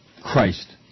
Christ